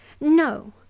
No